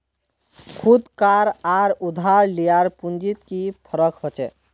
खुद कार आर उधार लियार पुंजित की फरक होचे?